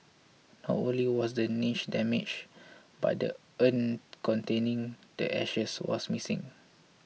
not only was the niche damaged but the urn containing the ashes was missing